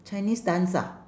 chinese dance ah